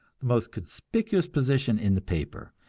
the most conspicuous position in the paper.